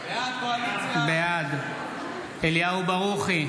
בעד אליהו ברוכי,